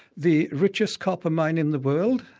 the richest copper mine in the world.